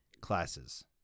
classes